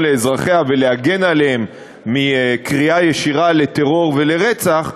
לאזרחיה ולהגן עליהם מקריאה ישירה לטרור ולרצח,